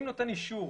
אם נותן אישור